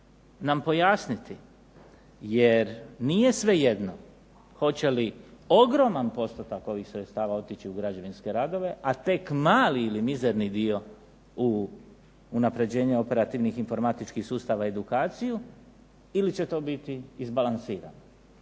nam pojasniti jer nije svejedno hoće li ogroman postotak ovih sredstava otići u građevinske radove, a tek mali ili mizerni dio u unapređenje operativnih informatičkih sustava i edukaciju ili će to biti izbalansirano.